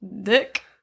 Dick